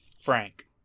Frank